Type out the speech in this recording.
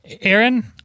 Aaron